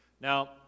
Now